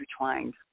intertwined